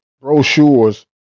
brochures